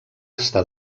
estar